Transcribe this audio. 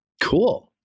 Cool